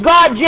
God